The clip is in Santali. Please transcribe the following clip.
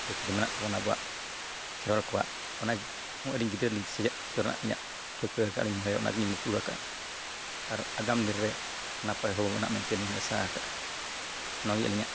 ᱫᱷᱟᱹᱨᱛᱤ ᱨᱮ ᱢᱮᱱᱟᱜ ᱛᱟᱵᱚᱱ ᱟᱵᱚᱣᱟᱜ ᱠᱷᱮᱨᱣᱟᱲ ᱠᱚᱣᱟᱜ ᱚᱱᱟ ᱠᱚᱦᱚᱸ ᱟᱹᱞᱤᱧ ᱜᱤᱫᱽᱨᱟᱹ ᱞᱤᱧ ᱥᱮᱪᱮᱫ ᱨᱮᱱᱟᱜ ᱤᱧᱟᱹᱜ ᱴᱷᱟᱹᱣᱠᱟᱹ ᱟᱠᱟᱜ ᱞᱤᱧ ᱚᱸᱰᱮ ᱚᱱᱟ ᱜᱮᱞᱤᱧ ᱵᱟᱠᱷᱟᱡ ᱚᱱᱟ ᱜᱮᱞᱤᱧ ᱢᱩᱠᱩᱞ ᱟᱠᱟᱜᱟ ᱟᱨ ᱟᱜᱟᱢ ᱫᱤᱱᱨᱮ ᱱᱟᱯᱟᱭ ᱦᱚᱨ ᱢᱮᱱᱟᱜᱼᱟ ᱢᱮᱱᱛᱮᱞᱤᱧ ᱟᱥᱟ ᱟᱠᱟᱫᱼᱟ ᱱᱚᱣᱟᱜᱮ ᱟᱹᱞᱤᱧᱟᱜ